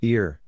Ear